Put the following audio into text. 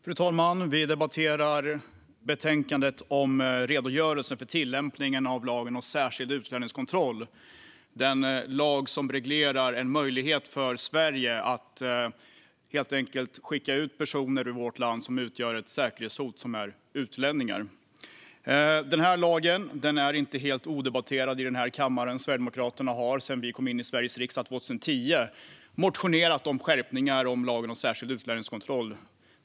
Fru talman! Vi debatterar betänkandet om redogörelsen för tillämpningen av lagen om särskild utlänningskontroll, den lag som reglerar Sveriges möjlighet att helt enkelt skicka ut personer ur vårt land som är utlänningar och utgör ett säkerhetshot. Lagen är inte helt odebatterad i denna kammare. Sverigedemokraterna har sedan vi kom in i Sveriges riksdag 2010 motionerat om skärpningar av lagen om särskild utlänningskontroll.